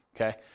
okay